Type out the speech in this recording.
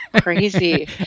crazy